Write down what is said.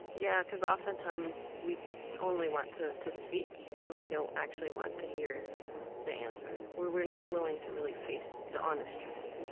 yeah, because oftentimes we only want to to speak and we don't actually want to hear the answer. we're we're not willing to really face the honest truth